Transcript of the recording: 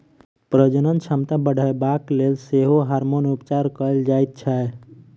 प्रजनन क्षमता बढ़यबाक लेल सेहो हार्मोन उपचार कयल जाइत छै